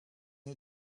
you